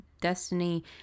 destiny